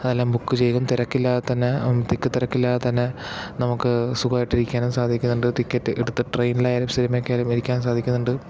അതെല്ലാം ബുക്ക് ചെയ്തും തിരക്കില്ലാതെ തന്നേ തിക്കും തിരക്കില്ലാതെ തന്നേ നമുക്ക് സുഖായിട്ടിരിക്കാനും സാധിക്കുന്നുണ്ട് ടിക്കറ്റെടുത്ത് ട്രെയിനിലായാലും സിനിമയ്ക്കാ യായാലും ഇരിക്കാൻ സാധിക്കുന്നുണ്ട്